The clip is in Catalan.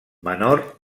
menor